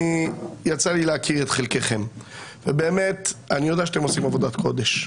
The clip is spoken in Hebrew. יצא לי להכיר את חלקכם ובאמת אני יודע שאתם עושים עבודת קודש.